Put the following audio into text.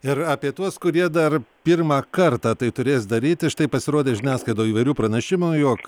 ir apie tuos kurie dar pirmą kartą tai turės daryti štai pasirodė žiniasklaidoj įvairių pranešimų jog